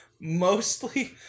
mostly